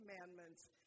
commandments